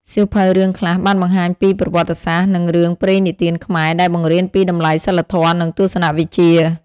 សៀវភៅរឿងខ្លះបានបង្ហាញពីប្រវត្តិសាស្ត្រ និងរឿងព្រេងនិទានខ្មែរ ដែលបង្រៀនពីតម្លៃសីលធម៌ និងទស្សនៈវិជ្ជា។